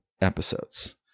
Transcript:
episodes